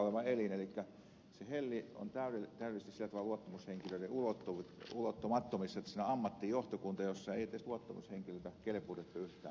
elikkä se helli on täydellisesti sillä tavalla luottamushenkilöiden ulottumattomissa että siinä on ammattijohtokunta johon ei edes luottamushenkilöitä kelpuutettu yhtään mukaan